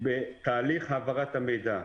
בתהליך העברת המידע.